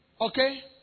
okay